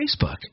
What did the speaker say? Facebook